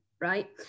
right